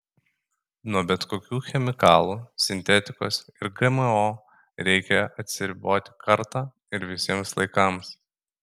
nuo bet kokių chemikalų sintetikos ir gmo reikia atsiriboti kartą ir visiems laikams